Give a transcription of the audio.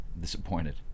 disappointed